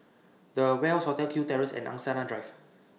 The Ware Hotel Kew Terrace and Angsana Drive